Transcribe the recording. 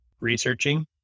researching